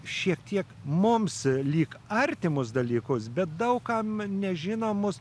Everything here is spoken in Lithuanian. šiek tiek mums lyg artimus dalykus bet daug kam nežinomus